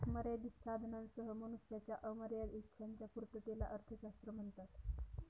मर्यादित साधनांसह मनुष्याच्या अमर्याद इच्छांच्या पूर्ततेला अर्थशास्त्र म्हणतात